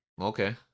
Okay